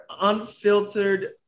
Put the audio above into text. unfiltered